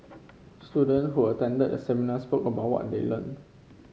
students who attended the seminar spoke about what they learned